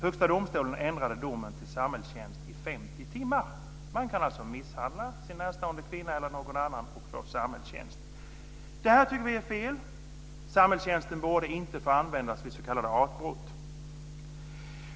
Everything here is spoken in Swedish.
Högsta domstolen ändrade domen till samhällstjänst i 50 timmar. Man kan alltså misshandla sin närstående kvinna eller någon annan och få samhällstjänst. Det här tycker vi är fel. Samhällstjänsten borde inte få användas vid s.k. artbrott.